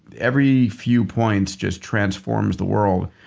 every few points just transforms the world,